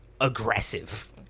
aggressive